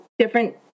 Different